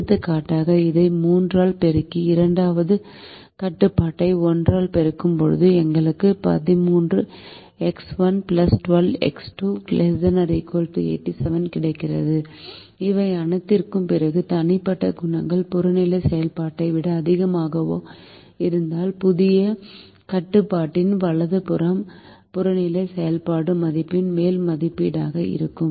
எடுத்துக்காட்டாக இதை 3 ஆல் பெருக்கி இரண்டாவது கட்டுப்பாட்டை 1 ஆல் பெருக்கும்போது எங்களுக்கு 13X1 12X2 ≤ 87 கிடைத்தது இவை அனைத்திற்கும் பிறகு தனிப்பட்ட குணகங்கள் புறநிலை செயல்பாட்டை விட அதிகமாக இருந்தால் புதிய கட்டுப்பாட்டின் வலது புறம் புறநிலை செயல்பாடு மதிப்பின் மேல் மதிப்பீடாக இருக்கும்